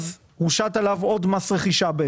הושת עליו עוד מס רכישה.